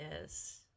Yes